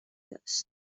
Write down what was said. داشت